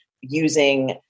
using